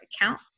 account